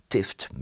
Tift